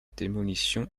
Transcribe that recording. démolition